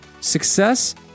Success